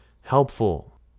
helpful